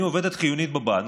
אני עובדת חיונית בבנק,